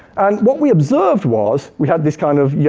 and what we observed was we had this kind of, yeah